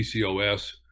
PCOS